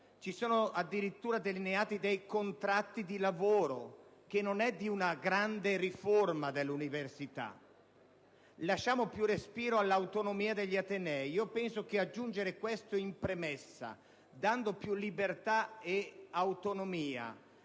sono addirittura delineati contratti di lavoro, il che non è proprio di una grande riforma dell'università: lasciamo più respiro all'autonomia degli atenei. Penso che aggiungere questo in premessa e dare maggiore libertà ed autonomia